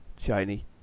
shiny